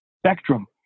spectrum